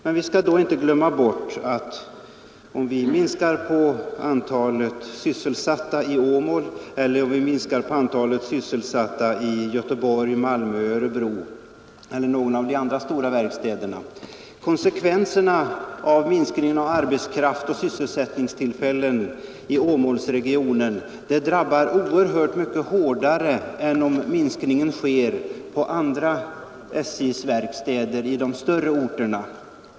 Men vi skall då inte glömma bort att om vi minskar antalet sysselsatta i Åmål så drabbar det oerhört mycket hårdare än om vi minskar antalet sysselsatta i Göteborg, Malmö eller Örebro eller vid någon annan av de stora verkstäderna.